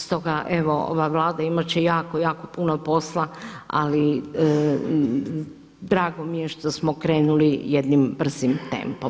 Stoga evo ova Vlada imat će jako, jako puno posla ali drago mi je što smo krenuli jednim brzim tempom.